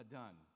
done